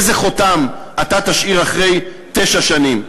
איזה חותם אתה תשאיר אחרי תשע שנים?